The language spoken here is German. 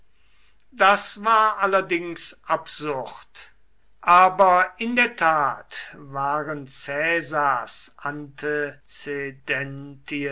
das war allerdings absurd aber in der tat waren